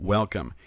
Welcome